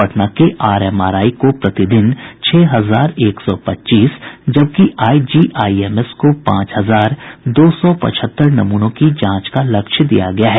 पटना के आरएमआरआई को प्रतिदिन छह हजार एक सौ पच्चीस जबकि आईजीआईएमएस को पांच हजार दो सौ पचहत्तर नमूनों की जांच का लक्ष्य दिया गया है